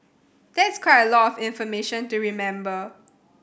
that's quite a lot information to remember